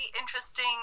interesting